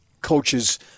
coaches